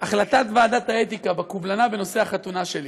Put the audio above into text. החלטת ועדת האתיקה בקובלנה בנושא החתונה שלי.